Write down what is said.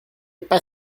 pas